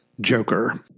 Joker